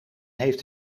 heeft